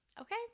okay